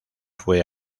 fue